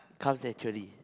comes naturally